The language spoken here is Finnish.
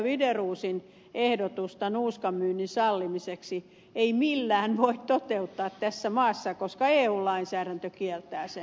wideroosin ehdotusta nuuskan myynnin sallimiseksi ei millään voi toteuttaa tässä maassa koska eu lainsäädäntö kieltää sen